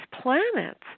planets